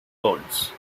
balls